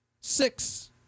Six